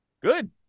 Good